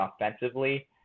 offensively